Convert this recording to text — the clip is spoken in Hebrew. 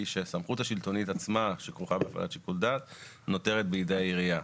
היא שהסמכות השלטונית עצמה שכרוכה בהפעלת שיקול דעת נותרת בידי העירייה.